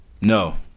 No